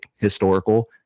historical